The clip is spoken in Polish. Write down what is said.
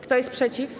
Kto jest przeciw?